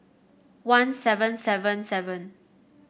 one seven seven seven